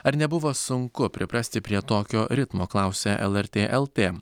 ar nebuvo sunku priprasti prie tokio ritmo klausia lrt lt